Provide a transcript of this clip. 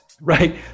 right